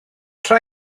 tra